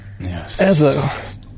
Yes